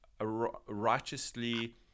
righteously